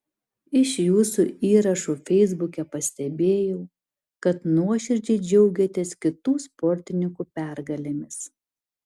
iš jūsų įrašų feisbuke pastebėjau kad nuoširdžiai džiaugiatės kitų sportininkų pergalėmis